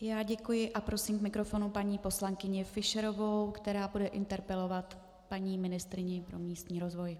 Já děkuji a prosím k mikrofonu paní poslankyni Fischerovou, která bude interpelovat paní ministryni pro místní rozvoj.